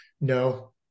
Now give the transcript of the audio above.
No